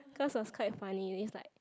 class was quite funny it's like